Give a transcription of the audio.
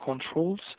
controls